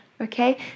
Okay